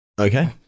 Okay